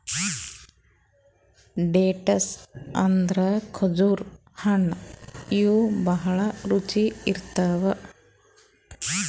dates ಅಂದ್ರ ಖರ್ಜುರ್ ಹಣ್ಣ್ ಇವ್ ಭಾಳ್ ರುಚಿ ಇರ್ತವ್